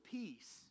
peace